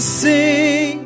sing